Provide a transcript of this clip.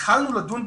התחלנו לדון,